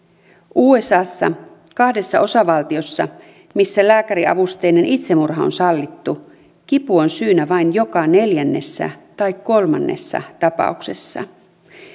usassa kahdessa osavaltiossa missä lääkäriavusteinen itsemurha on sallittu kipu on syynä vain joka neljännessä tai kolmannessa tapauksessa